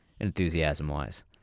enthusiasm-wise